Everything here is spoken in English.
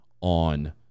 on